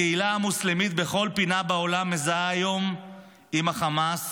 הקהילה המוסלמית בכל פינה בעולם מזוהה היום עם החמאס